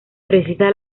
precisa